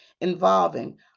involving